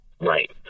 right